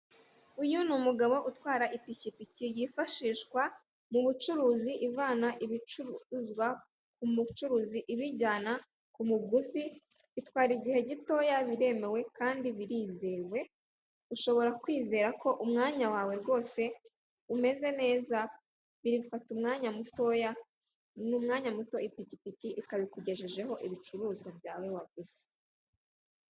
Uyu ni umugabo utwara ipikipiki yifashishwa mu bucuruzi ivana ibicuruzwa ku mucuruzi ibijyana ku muguzi, bitwara igihe gitoya, biremewe kandi birizewe, ushobora kwizera ko umwanya wawe rwose umeze neza, bifata umwanya mutoya, ni umwanya muto ipikipiki ikaba ikugejejeho ibicuruzwa byawe waguze.